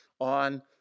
on